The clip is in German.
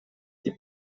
die